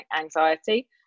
anxiety